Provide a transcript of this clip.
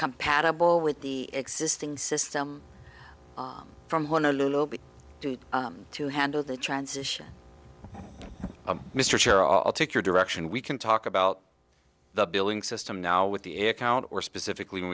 compatible with the existing system from one a little bit to handle the transition mr sure i'll take your direction we can talk about the billing system now with the economy or specifically when